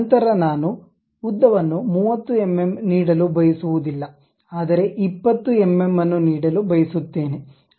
ನಂತರ ನಾನು ಉದ್ದವನ್ನು 30 ಎಂಎಂ ನೀಡಲು ಬಯಸುವುದಿಲ್ಲ ಆದರೆ 20 ಎಂಎಂ ಅನ್ನು ನೀಡಲು ಬಯಸುತ್ತೇನೆ